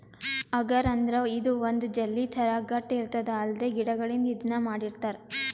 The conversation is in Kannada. ಅಗರ್ ಅಂದ್ರ ಇದು ಒಂದ್ ಜೆಲ್ಲಿ ಥರಾ ಗಟ್ಟ್ ಇರ್ತದ್ ಅಲ್ಗೆ ಗಿಡಗಳಿಂದ್ ಇದನ್ನ್ ಮಾಡಿರ್ತರ್